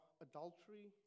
adultery